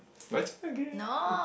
but actually again